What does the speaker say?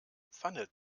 pfanne